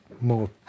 more